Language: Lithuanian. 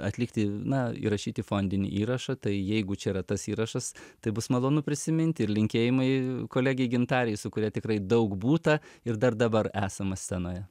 atlikti na įrašyti fondinį įrašą tai jeigu čia yra tas įrašas tai bus malonu prisiminti ir linkėjimai kolegei gintarei su kuria tikrai daug būta ir dar dabar esama scenoje